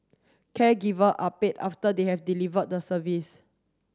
caregiver are paid after they have delivered the service